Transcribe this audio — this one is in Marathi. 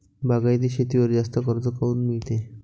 बागायती शेतीवर जास्त कर्ज काऊन मिळते?